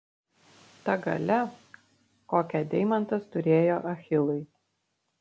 ta galia kokią deimantas turėjo achilui